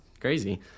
crazy